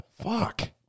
Fuck